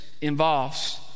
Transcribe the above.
involves